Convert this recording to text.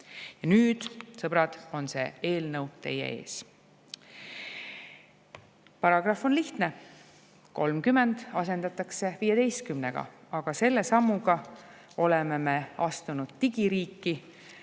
nüüd, sõbrad, on see eelnõu teie ees. Paragrahv on lihtne, 30 asendatakse 15-ga. Aga selle sammuga oleme me astunud digiriiki,